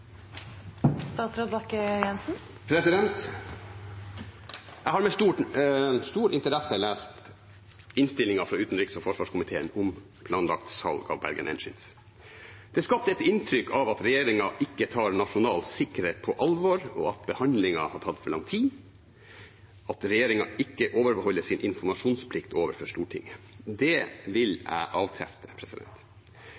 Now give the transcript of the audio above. Jeg har med stor interesse lest innstillingen fra utenriks- og forsvarskomiteen om planlagt salg av Bergen Engines. Det er skapt et inntrykk av at regjeringen ikke tar nasjonal sikkerhet på alvor, at behandlingen har tatt for lang tid, og at regjeringen ikke overholder sin informasjonsplikt overfor Stortinget. Det vil